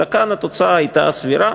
אלא כאן התוצאה הייתה סבירה.